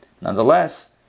Nonetheless